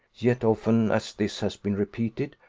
yet often as this has been repeated,